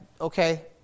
Okay